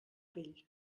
vell